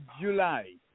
July